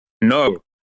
No